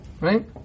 Right